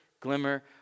glimmer